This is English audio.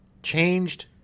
changed